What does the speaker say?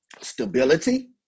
Stability